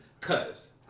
Cause